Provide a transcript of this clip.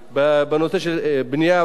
ברגע שפתחנו את הנושא לדיפרנציאליות,